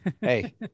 Hey